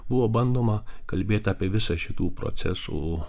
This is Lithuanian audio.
buvo bandoma kalbėt apie visą šitų procesų